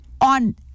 on